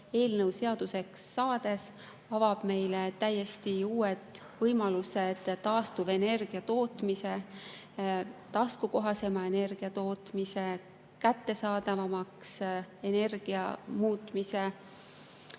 eelnõu seaduseks saades avab meile täiesti uued võimalused taastuvenergia tootmise, taskukohasema energia tootmise, kättesaadavamaks energia muutmise.